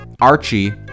Archie